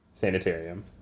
sanitarium